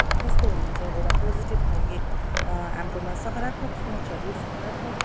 कस्तो हुनुहुन्छ एउटा पोजिटिभ खालको हाम्रोमा सकारात्मक सोचहरू सकारात्मक